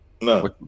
No